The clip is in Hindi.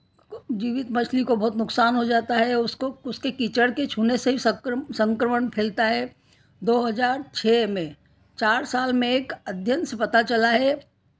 जीवित मछली को बहुत नुकसान हो जाता है उसको उसके कीचड़ के छूने से ही सक्रम संक्रमण फैलता है दो हज़ार छ चार साल में एक अध्ययन से पता चला है